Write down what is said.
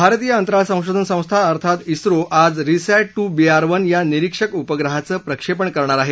भारतीय अंतराळ संशोधन संस्था अर्थात झो आज रिसॅट टू बीआरवन या निरीक्षक उपग्रहाचं प्रक्षेपण करणार आहे